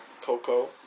Coco